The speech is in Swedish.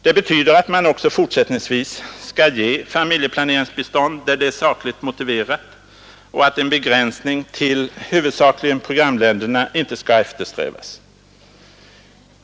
Det betyder att man också fortsättningsvis skall ge familjeplaneringsbistånd där det är sakligt motiverat och att en begränsning till huvudsakligen programländerna inte skall eftersträvas.